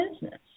business